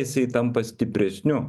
isai tampa stipresniu